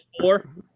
four